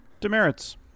Demerits